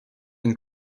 une